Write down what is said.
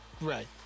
right